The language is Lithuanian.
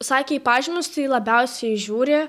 sakė į pažymius tai labiausiai žiūri